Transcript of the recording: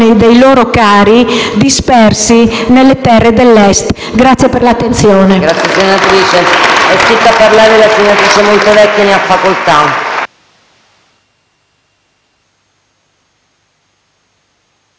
dei loro cari dispersi nelle terre dell'Est. Grazie per l'attenzione.